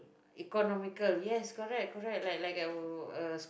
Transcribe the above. economical yes correct correct like like I will uh